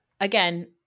Again